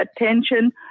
attention